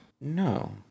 No